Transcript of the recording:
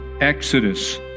Exodus